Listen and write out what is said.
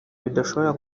bidashobora